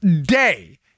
day